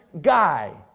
guy